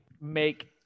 make